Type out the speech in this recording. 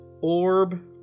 orb